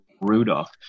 Rudolph